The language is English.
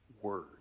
word